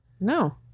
No